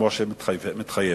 כמו שמתחייב.